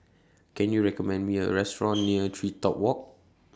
Can YOU recommend Me A Restaurant near TreeTop Walk